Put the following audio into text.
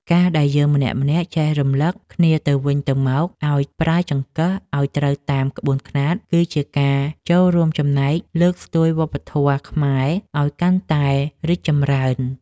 ការដែលយើងម្នាក់ៗចេះរំលឹកគ្នាទៅវិញទៅមកឱ្យប្រើចង្កឹះឱ្យត្រូវតាមក្បួនខ្នាតគឺជាការចូលរួមចំណែកលើកស្ទួយវប្បធម៌ខ្មែរឱ្យកាន់តែរីកចម្រើន។